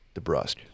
DeBrusque